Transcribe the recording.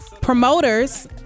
promoters